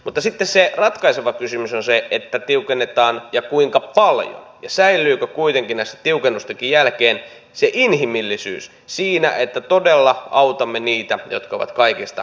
mutta sitten se ratkaiseva kysymys on se että kun tiukennetaan niin kuinka paljon ja säilyykö kuitenkin näiden tiukennustenkin jälkeen se inhimillisyys siinä että todella autamme niitä jotka ovat kaikista hädänalaisimpia